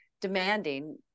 demanding